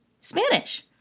Spanish